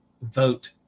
vote